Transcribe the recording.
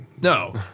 No